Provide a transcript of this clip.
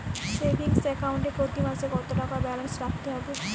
Savings account এ প্রতি মাসে কতো টাকা ব্যালান্স রাখতে হবে?